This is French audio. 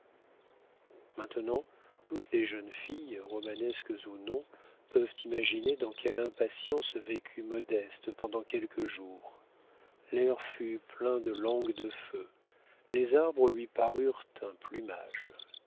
maintenant toutes les jeunes filles romanesques ou non peuvent imaginer dans quelle impatience vécut modeste pendant quelques jours l'air fut plein de langues de feu les arbres lui parurent un plumage